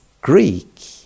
Greek